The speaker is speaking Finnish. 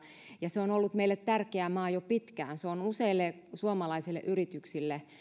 se on on ollut meille tärkeä maa jo pitkään se on ollut useille suomalaisille yrityksille